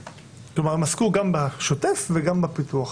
כלומר הם עסקו גם בשוטף וגם בפיתוח.